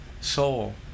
soul